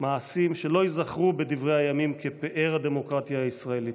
מעשים שלא ייזכרו בדברי הימים כפאר הדמוקרטיה הישראלית.